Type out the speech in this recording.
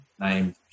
named